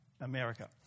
America